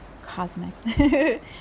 cosmic